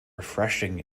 refreshing